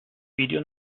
video